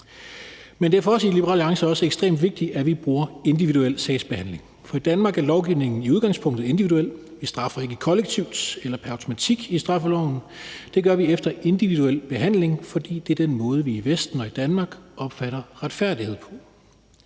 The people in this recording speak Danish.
Men det er for os i Liberal Alliance også ekstremt vigtigt, at vi bruger individuel sagsbehandling, for i Danmark er lovgivningen i udgangspunktet individuel. Vi straffer ikke kollektivt eller pr. automatik i straffeloven. Det gør vi efter individuel behandling, fordi det er den måde, vi i Vesten og i Danmark opfatter retfærdighed på.